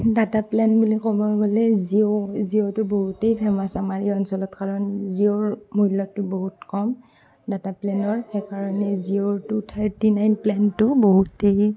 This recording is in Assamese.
ডাটা প্লেন বুলি ক'ব গ'লে জিঅ' জিঅ'টো বহুতেই ফেমাছ আমাৰ এই অঞ্চলত কাৰণ জিঅ'ৰ মূল্যটো বহুত কম ডাটা প্লেনৰ সেইকাৰণে জিঅ'ৰ টু থাৰ্টি নাইন প্লেনটো বহুতেই